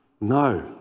no